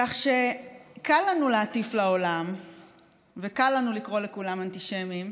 כך שקל לנו להטיף לעולם וקל לנו לקרוא לכולם אנטישמים,